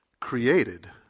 created